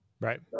Right